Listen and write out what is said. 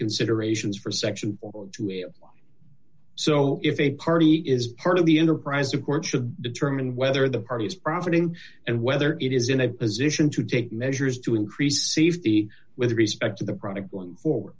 considerations for section two a so if a party is part of the enterprise a court should determine whether the party is profiting and whether it is in a position to take measures to increase safety with respect to the product went fo